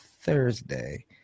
Thursday